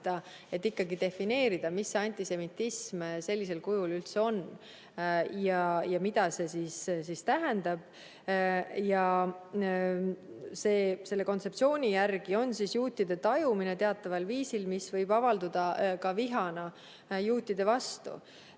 et defineerida, mis see antisemitism sellisel kujul üldse on, mida see tähendab. Selle kontseptsiooni järgi on see juutide tajumine teataval viisil, mis võib avalduda ka vihana juutide vastu.